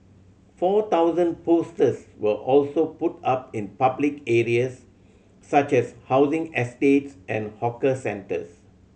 four thousand posters were also put up in public areas such as housing estates and hawker centres